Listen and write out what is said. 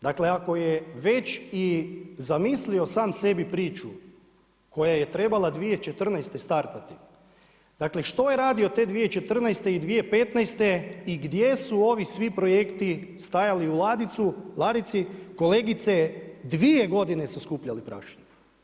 Dakle ako je već i zamislio sam sebi priču koja je trebala 2014. startati, dakle što je radio te 2014. i 2015. i gdje su ovi svi projekti stajali u ladici kolegice 2 godine su skupljali prašinu.